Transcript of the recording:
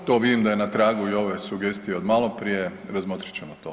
Dobro, to vidim da je na tragu i ove sugestije od maloprije, razmotrit ćemo to.